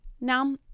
Now